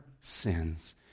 sins